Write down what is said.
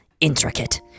intricate